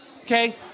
okay